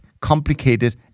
complicated